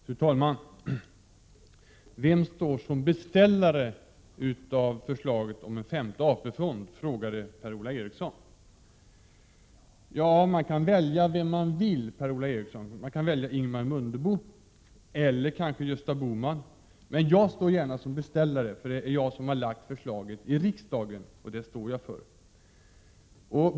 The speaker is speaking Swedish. Fru talman! Vem står som beställare av förslaget om en femte AP-fond, frågade Per-Ola Eriksson. Man kan välja vem man vill, Per-Ola Eriksson. Man kan välja Ingemar Mundebo eller kanske Gösta Bohman, men jag står gärna som beställare, eftersom det är jag som har lagt fram förslaget i riksdagen, och det står jag för.